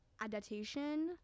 adaptation